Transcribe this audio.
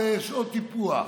לשעות טיפוח,